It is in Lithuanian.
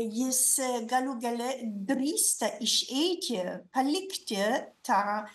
jis galų gale drįsta išeiti palikti tą